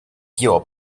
your